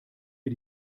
wir